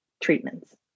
treatments